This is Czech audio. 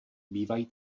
bývají